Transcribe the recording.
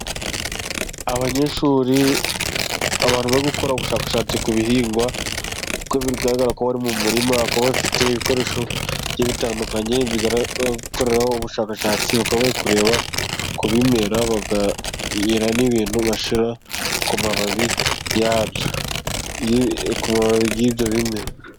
Abanyeshuri, abantu bari gukora ubushakashatsi ku bihingwa, kuko bigaragara ko bari mu murima, akaba bafite ibikoresho bigiye bitandukanye, bigara bari gukorera ubushakashatsi, bakaba bari kureba ku bimera, bakagira n'ibintu bashyira ku mababi yabyo, yi ku mababi y'ibyo bimera.